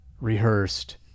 rehearsed